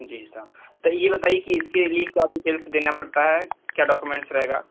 जी sir तो ये बताइए कि इसके लिए क्या डीटेल्स देना पड़ता है क्या डॉकुमेंट्स रहेगा